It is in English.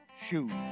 Shoot